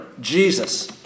Jesus